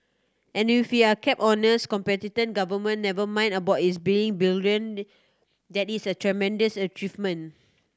and if we are kept honest competent government never mind about its being brilliant that is a tremendous achievement